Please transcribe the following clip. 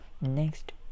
next